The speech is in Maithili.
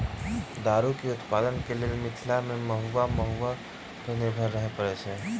दारूक उत्पादनक लेल मिथिला मे महु वा महुआ पर निर्भर रहय पड़ैत छै